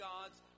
God's